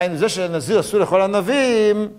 כן, זה שלנביא אסור לאכול ענבים